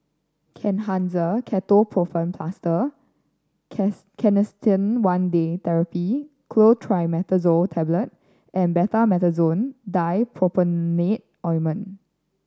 Kenhancer Ketoprofen Plaster Canesten One Day Therapy Clotrimazole Tablet and Betamethasone Dipropionate Ointment